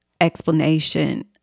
explanation